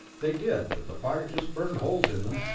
they did, but the pirate just burned holes in them,